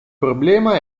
problema